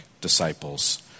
disciples